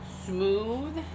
smooth